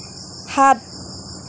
সাত